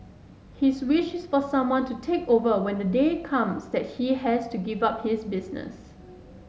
his wish is for someone to take over when the day comes that he has to give up his business